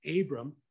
Abram